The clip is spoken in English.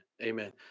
Amen